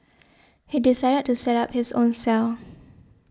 he decided to set up his own cell